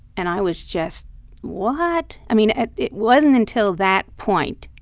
and i was just what? i mean, it it wasn't until that point